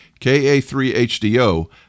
KA3HDO